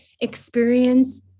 experience